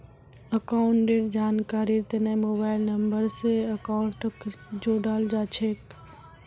अकाउंटेर जानकारीर तने मोबाइल नम्बर स अकाउंटक जोडाल जा छेक